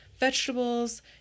vegetables